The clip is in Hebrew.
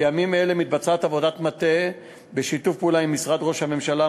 בימים אלה מתבצעת עבודת מטה בשיתוף פעולה עם משרד ראש הממשלה,